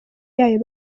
yayo